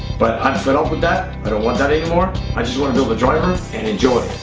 but i'm fed up with that, i don't want that anymore i just want to build a driver and enjoy